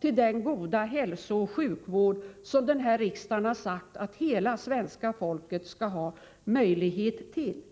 med den goda hälsooch sjukvård som denna riksdag har sagt att hela svenska folket skall ha tillgång till.